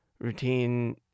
routine